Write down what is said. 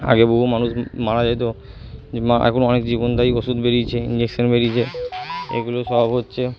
আগে বহু মানুষ মারা যেতো এখন অনেক জীবনদায়ী ওষুধ বেরিয়েছে ইঞ্জেকশান বেরিয়েছে এগুলো সব হচ্চে